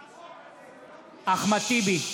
נגד אחמד טיבי,